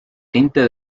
tinte